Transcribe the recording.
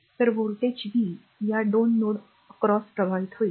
तर voltage V या 2 nodes ओलांडून प्रभावित होईल